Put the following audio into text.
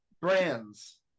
brands